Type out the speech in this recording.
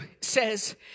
says